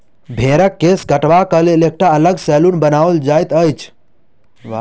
भेंड़क केश काटबाक लेल एकटा अलग सैलून बनाओल जाइत अछि